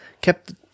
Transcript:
kept